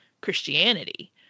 christianity